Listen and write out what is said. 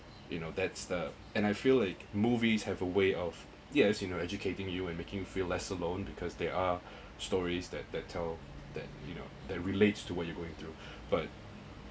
you know that's the and I feel like movies have a way of yes you know educating you in making you feel less alone because they are stories that they tell that you know that relates to what you're going through but